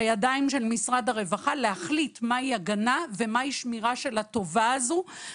בידיים של משרד הרווחה להחליט מה היא הגנה ומה היא שמירה של הטובה הזו.